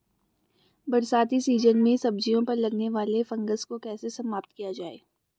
बरसाती सीजन में सब्जियों पर लगने वाले फंगस को कैसे समाप्त किया जाए?